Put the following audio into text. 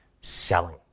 selling